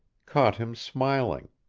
caught him smiling.